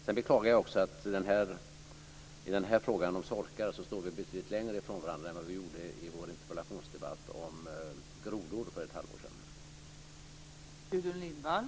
Jag beklagar vidare att vi i den här frågan om sorkar står betydligt längre från varandra än vad vi gjorde i vår interpellationsdebatt om grodor för ett halvår sedan.